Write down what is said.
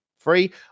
free